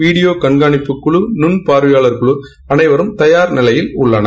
video கண்காணிப்புக்குழு நுண்பார்வையாளர்கள் குழு அனைவரும் தயார் நிலையில் உள்ளனர்